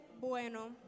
bueno